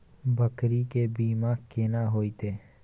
बकरी के बीमा केना होइते?